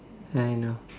kind of